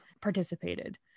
participated